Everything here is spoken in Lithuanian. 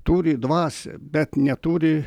turi dvasią bet neturi